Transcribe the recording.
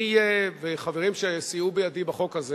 אני וחברים שסייעו בידי בהצעת החוק הזה